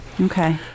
Okay